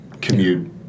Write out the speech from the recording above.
commute